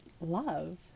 love